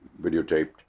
videotaped